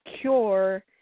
cure